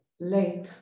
Late